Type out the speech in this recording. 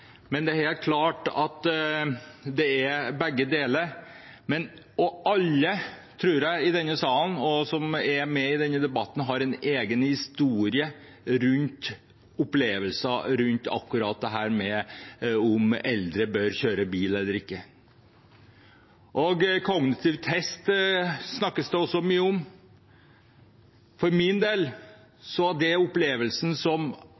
Men det er helt klart at det er begge deler. Jeg tror alle i denne salen som er med i denne debatten, har en egen historie rundt opplevelser når det gjelder om eldre bør kjøre bil eller ikke. Det snakkes mye om å ta en test. For min del var det den opplevelsen som